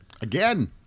Again